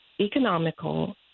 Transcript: economical